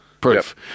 Proof